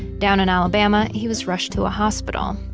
down in alabama, he was rushed to a hospital.